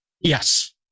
Yes